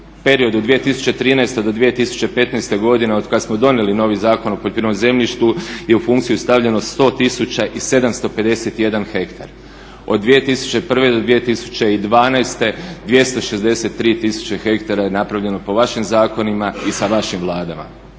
periodu 2013. do 2015. godina od kad smo donijeli novi Zakon o poljoprivrednom zemljištu je u funkciju stavljeno 100 tisuća i 751 ha. Od 2001. do 2012. 263 tisuće hektara je napravljeno po vašim zakonima i sa vašim vladama.